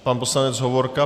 Pan poslanec Hovorka.